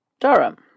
Durham